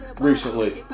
recently